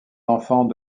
enfants